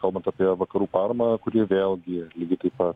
kalbant apie vakarų paramą kuri vėlgi lygiai taip pat